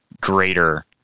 greater